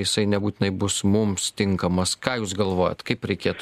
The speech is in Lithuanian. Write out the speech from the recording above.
jisai nebūtinai bus mums tinkamas ką jūs galvojat kaip reikėtų